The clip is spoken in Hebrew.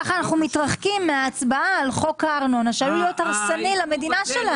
כך אנחנו מתרחקים מההצבעה על חוק הארנונה שעלול להיות הרסני למדינה.